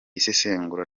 isesengura